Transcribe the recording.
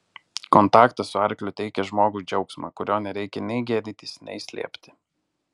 kontaktas su arkliu teikia žmogui džiaugsmą kurio nereikia nei gėdytis nei slėpti